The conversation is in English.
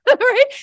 Right